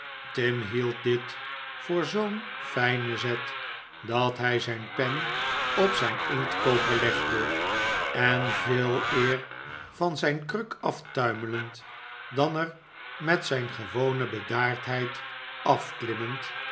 tim hield dit voor zoo'n fijnen zet dat hij zijn pen op zijn inktkoker legde en veeleer van zijn kruk aftuimelend dan er met zijn gewone bedaardheid afklimmend